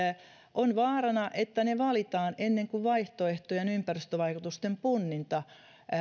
on vaarana että ne valitaan kun vaihtoehtojen ympäristövaikutusten punninta